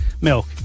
milk